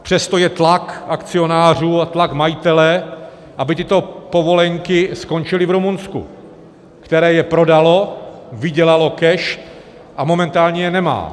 Přesto je tlak akcionářů a tlak majitele, aby tyto povolenky skončily v Rumunsku, které je prodalo, vydělalo cash a momentálně je nemá.